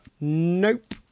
Nope